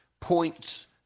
points